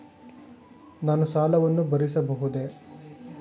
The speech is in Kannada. ನಾನು ಸಾಲವನ್ನು ಭರಿಸಬಹುದೇ?